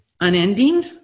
unending